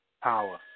power